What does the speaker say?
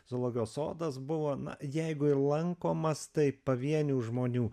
zoologijos sodas buvo na jeigu ir lankomas tai pavienių žmonių